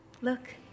Look